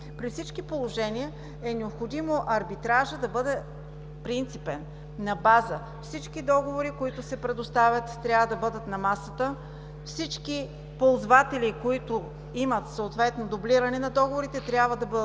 При всички положения е необходимо арбитражът да бъде принципен – на база всички договори, които се предоставят, трябва да бъдат на масата, всички ползватели, които имат съответно дублиране на договорите, трябва да бъдат